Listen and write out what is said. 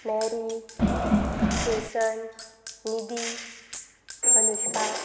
Mary Jason Nidhi Anushka